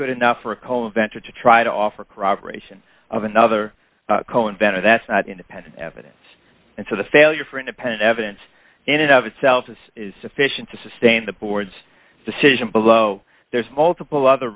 good enough for a co inventor to try to offer corroboration of another co inventor that's not independent evidence and so the failure for independent evidence in and of itself is sufficient to sustain the board's decision below there's multiple other